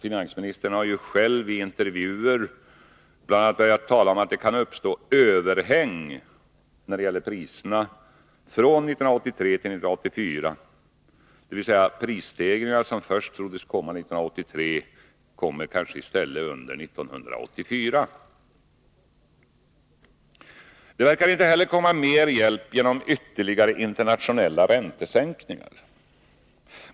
Finansministern har ju själv i intervjuer bl.a. börjat tala om att det när det gäller priserna kan uppstå ”överhäng” från 1983 till 1984, dvs. prisstegringar som först troddes komma 1983 kommer kanske i stället under 1984. Det verkar inte heller komma mer hjälp genom ytterligare internationella räntesänkningar.